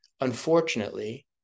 unfortunately